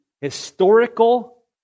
historical